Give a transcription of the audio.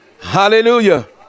Hallelujah